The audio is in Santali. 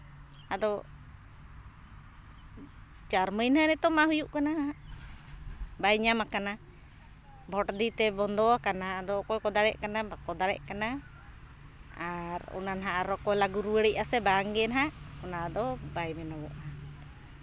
ᱟᱫᱚ ᱪᱟᱨ ᱢᱟᱹᱦᱱᱟᱹ ᱱᱤᱛᱚᱜ ᱢᱟ ᱦᱩᱭᱩᱜ ᱠᱟᱱᱟ ᱵᱟᱭ ᱧᱟᱢ ᱠᱟᱱᱟ ᱵᱷᱳᱴ ᱠᱷᱟᱹᱛᱤᱨ ᱛᱮ ᱵᱚᱱᱫᱚ ᱟᱠᱟᱱᱟ ᱟᱫᱚ ᱚᱠᱚᱭ ᱠᱚ ᱫᱟᱲᱮᱜ ᱠᱟᱱᱟ ᱵᱟᱠᱚ ᱫᱟᱲᱮᱜ ᱠᱟᱱᱟ ᱟᱨ ᱚᱱᱟ ᱱᱟᱦᱟᱸᱜ ᱟᱨᱚ ᱠᱚ ᱞᱟᱹᱜᱩ ᱨᱩᱣᱟᱹᱲᱮᱜᱼᱟ ᱥᱮ ᱵᱟᱝᱜᱮ ᱦᱟᱸᱜ ᱚᱱᱟᱫᱚ ᱵᱟᱭ ᱢᱮᱱᱚᱜᱚᱜᱼᱟ